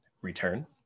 return